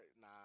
nah